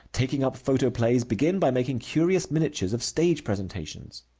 taking up photoplays, begin by making curious miniatures of stage presentations.